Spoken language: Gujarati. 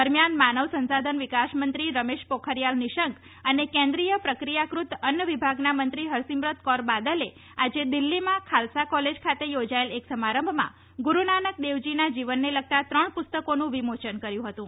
દરમિયાન માનવ સંસાધન વિકાસમંત્રી રમેશ પોખરીયાલ નિશંક અને કેન્દ્રીય પ્રક્રિયાકૃત અન્ન વિભાગના મંત્રી હરસિમરત કૌર બાદલ આજે દિલ્હીમાં ખાલસા કોલેજ ખાતે યોજાયેલું એક સમારંભમાં ગુરૂનાનક દેવજીના જીવનને લગતા ત્રણ પુસ્તકોનું વિમોચન કર્યું હતું